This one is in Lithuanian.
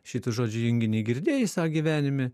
šitų žodžių junginį girdėj savo gyvenime